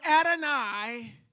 Adonai